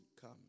come